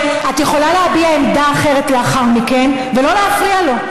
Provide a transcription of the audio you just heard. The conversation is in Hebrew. את יכולה להביע עמדה אחרת לאחר מכן ולא להפריע לו.